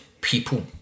people